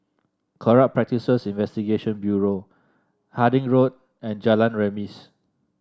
Corrupt Practices Investigation Bureau Harding Road and Jalan Remis